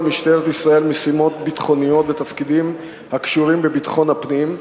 משטרת ישראל משימות ביטחוניות ותפקידים הקשורים לביטחון הפנים,